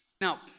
Now